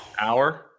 hour